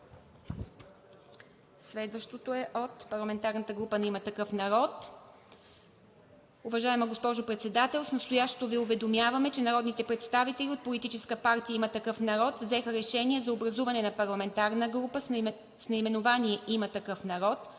Следващото е от парламентарната група на „Има такъв народ“: „Уважаема госпожо Председател! С настоящето Ви уведомяваме, че народите представители от Политическа партия „Има такъв народ“ взеха решение за образуване на парламентарна група с наименование „Има такъв народ“